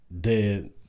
Dead